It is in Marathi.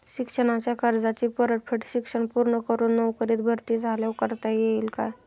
शिक्षणाच्या कर्जाची परतफेड शिक्षण पूर्ण करून नोकरीत भरती झाल्यावर करता येईल काय?